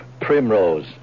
Primrose